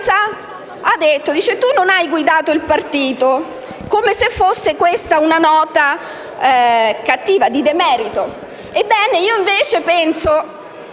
ha detto che non ha guidato il partito, come se questa fosse una nota cattiva, di demerito. Ebbene, io invece penso